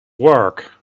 work